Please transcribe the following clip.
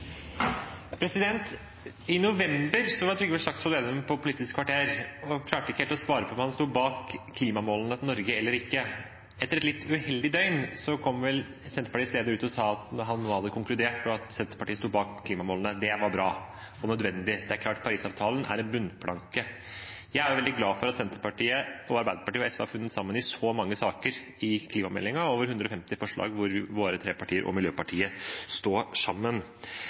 I november var Trygve Slagsvold Vedum på Politisk kvarter og klarte ikke helt å svare på om han sto bak klimamålene til Norge eller ikke. Etter et litt uheldig døgn kom vel Senterpartiets leder ut og sa at han nå hadde konkludert, og at Senterpartiet sto bak klimamålene. Det var bra og nødvendig. Parisavtalen er en bunnplanke. Jeg er veldig glad for at Senterpartiet, Arbeiderpartiet og SV har funnet sammen i så mange saker i innstillingen til klimameldingen, over 150 forslag der våre tre partier og Miljøpartiet De Grønne står sammen.